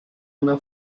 una